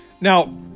Now